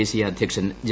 ദേശീയ അധ്യക്ഷൻ ജെ